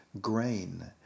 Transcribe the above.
grain